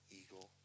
eagle